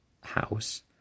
house